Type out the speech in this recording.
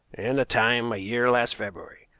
and the time a year last february.